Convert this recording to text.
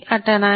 80